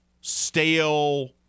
stale